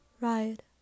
ride